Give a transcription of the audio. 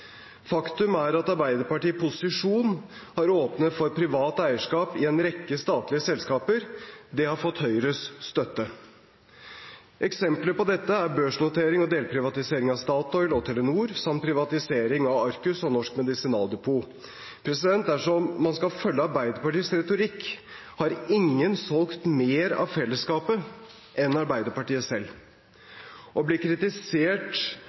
Faktum er at Arbeiderpartiet i posisjon har åpnet for privat eierskap i en rekke statlige selskaper. Det har fått Høyres støtte. Eksempler på dette er børsnotering og delprivatisering av Statoil og Telenor samt privatisering av Arcus og Norsk Medisinaldepot. Dersom man skal følge Arbeiderpartiets retorikk, har ingen solgt mer av fellesskapet enn Arbeiderpartiet selv. Å bli kritisert